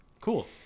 Cool